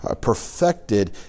Perfected